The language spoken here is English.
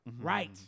Right